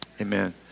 amen